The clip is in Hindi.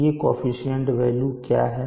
ये कोअफिशन्ट वेल्यू क्या हैं